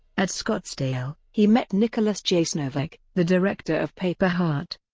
at scottsdale, he met nicholas jasenovec, the director of paper heart.